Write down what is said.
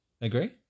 Agree